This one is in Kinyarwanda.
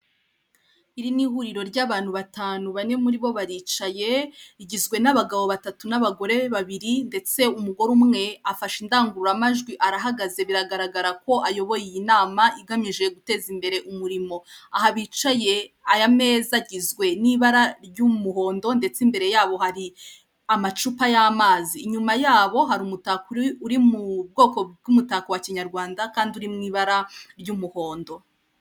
Iri ni huriro ry'abantu batanu bane muri bo baricaye, rigizwe n'abagabo batatu n'abagore babiri ndetse umugore umwe afashe indangururamajwi arahagaze biragaragara ko ayoboye iyi nama, igamije guteza imbere umurimo. Aha bicaye aya meza agizwe n'ibara ry'umuhondo ndetse imbere yabo hari amacupa y'amazi. Inyuma yabo hari umutako uri mu bwoko bw'umutako wa kinyarwanda, kandi uri mu ibara ry'umuhondo.